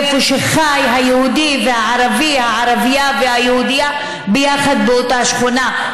איפה שחיים היהודי והערבי והערבייה והיהודייה ביחד באותה שכונה.